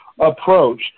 approach